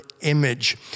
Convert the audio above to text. image